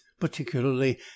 particularly